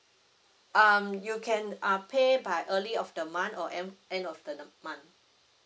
um you can uh pay by early of the month or end end of the month